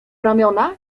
ramiona